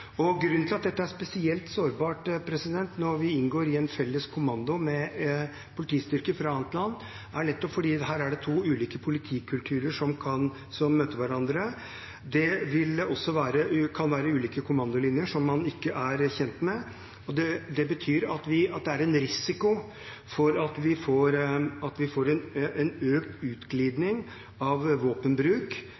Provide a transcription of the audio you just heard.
Grunnen til at dette er spesielt sårbart når vi inngår i en felles kommando med politistyrker fra et annet land, er nettopp at det her er to ulike politikulturer som møter hverandre. Det kan være ulike kommandolinjer man ikke er kjent med, og det betyr at det er en risiko for at vi får en økt utglidning av våpenbruk ved denne typen operasjoner. Derfor er jeg veldig glad for det regjeringen faktisk presiserer – at